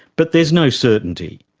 but there's no certainty.